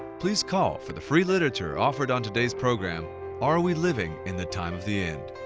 please call for the free literature offered on today's program are we living in the time of the end?